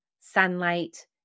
sunlight